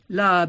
la